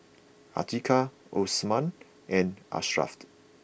Atiqah Osman and Ashraffed